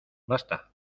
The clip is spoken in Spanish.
basta